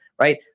right